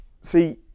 see